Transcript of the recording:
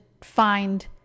find